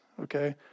okay